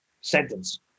sentence